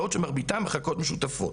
בעוד שמרביתן מחלקות משותפות.